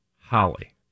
Holly